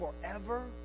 forever